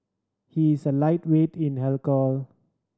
he is a lightweight in alcohol